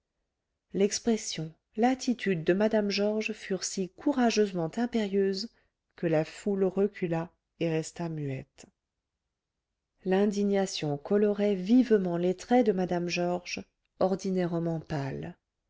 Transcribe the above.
l'expression l'attitude de mme georges furent si courageusement impérieuses que la foule recula et resta muette l'indignation colorait vivement les traits de mme georges